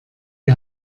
die